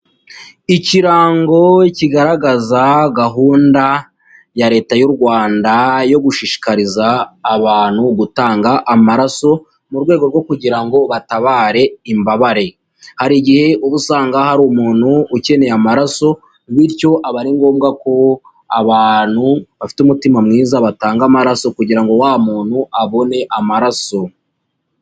Ikirango kigaragaza gahunda ya leta y'u Rwanda yo gushishikariza abantu gutanga amaraso, mu rwego rwo kugira ngo batabare imbabare, hari igihe usanga hari umuntu ukeneye amaraso, bityo aba ari ngombwa ko abantu bafite umutima mwiza batange amaraso kugira ngo wa muntu abone amaraso.